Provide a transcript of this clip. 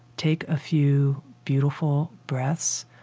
take a few beautiful breaths,